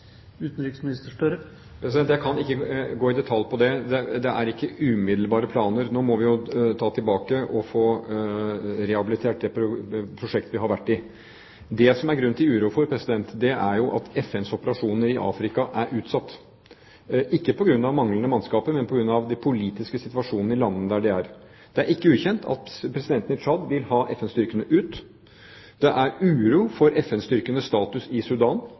detalj på det. Det er ingen umiddelbare planer. Nå må vi jo ta tilbake og få rehabilitert det prosjektet vi har vært i. Det som det er grunn til uro for, er at FNs operasjoner i Afrika er utsatt – ikke på grunn av manglende mannskaper, men på grunn av den politiske situasjonen i landene der de er. Det er ikke ukjent at presidenten i Tsjad vil ha FN-styrkene ut. Det er uro for FN-styrkenes status i Sudan,